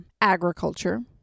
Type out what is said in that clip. agriculture